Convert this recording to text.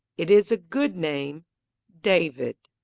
it is a good name david.